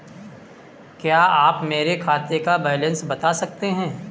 क्या आप मेरे खाते का बैलेंस बता सकते हैं?